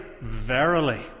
verily